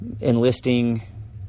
enlisting